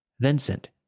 Vincent